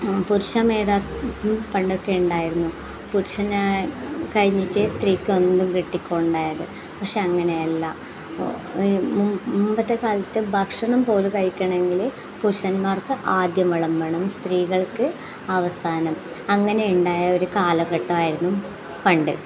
പുരുഷ മേധാവിത്വം പണ്ടക്കെയുണ്ടായിരുന്നു പുരുഷന് കഴിഞ്ഞിട്ടേ സ്ത്രീക്ക് എന്തും കിട്ടി കൊണ്ടിരുന്നത് പക്ഷേ അങ്ങനെ അല്ല മുമ്പത്തെക്കാലത്ത് ഭക്ഷണം പോലും കഴിക്കണമെങ്കിൽ പുരുഷന്മാർക്ക് ആദ്യം വിളമ്പണം സ്ത്രീകൾക്ക് അവസാനം അങ്ങനെ ഉണ്ടായ ഒരു കാലഘട്ടം ആയിരുന്നു പണ്ട്